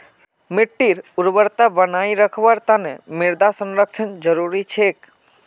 मिट्टीर उर्वरता बनई रखवार तना मृदा संरक्षण जरुरी छेक